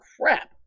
crap